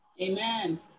Amen